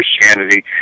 Christianity